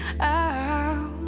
out